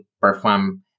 perform